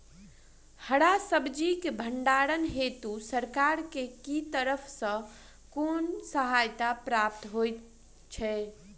हरा सब्जी केँ भण्डारण हेतु सरकार की तरफ सँ कुन सहायता प्राप्त होइ छै?